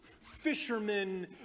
fishermen